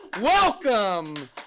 Welcome